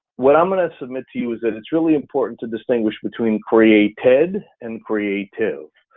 what i'm gonna submit to you is that it's really important to distinguish between created and creative.